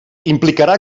implicarà